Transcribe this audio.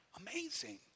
Amazing